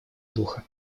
духа